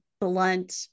blunt